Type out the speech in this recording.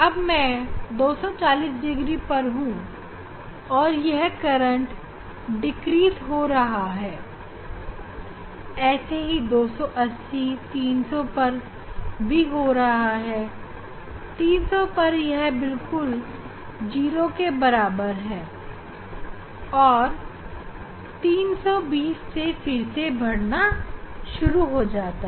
अब मैं 240 डिग्री पर हूं और यह करंट घट रहा है ऐसा ही 280 300 पर भी हो रहा है 300 पर यह बिल्कुल 0 के बराबर है और 320 से चढ़ना शुरू हो जाता है